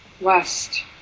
West